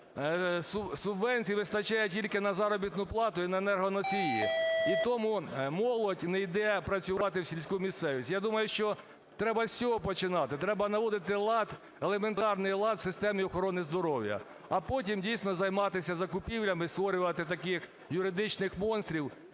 субвенцій вистачає тільки на заробітну плату і на енергоносії. І тому молодь не йде працювати в сільську місцевість. Я думаю, що треба з цього починати, треба наводити лад, елементарний лад в системі охорони здоров'я, а потім дійсно займатися закупівлями і створювати таких юридичних монстрів.